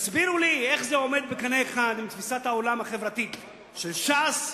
תסבירו לי איך זה עולה בקנה אחד עם תפיסת העולם החברתית של ש"ס,